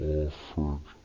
offered